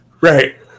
Right